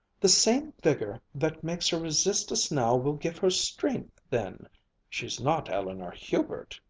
the same vigor that makes her resist us now will give her strength then she's not eleanor hubert.